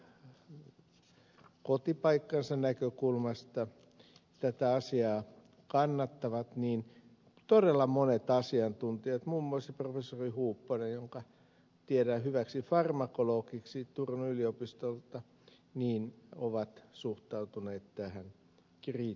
heikkinen ehkä kotipaikkansa näkökulmasta tätä asiaa kannattavat niin todella monet asiantuntijat muun muassa professori huupponen jonka tiedän hyväksi farmakologiksi turun yliopistolta ovat suhtautuneet tähän kriittisesti